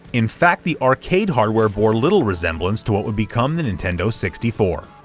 in fact the arcade hardware bore little resemblance to what would become the nintendo sixty four.